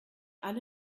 alle